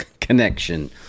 connection